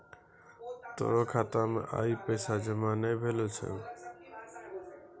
तोरो खाता मे आइ पैसा जमा नै भेलो छौं